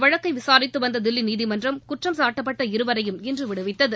வழக்கை விசாரித்து வந்த தில்லி நீதிமன்றம் குற்றம் சாட்டப்பட்ட இருவரையும் இன்று இந்த விடுவித்தது